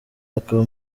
akaba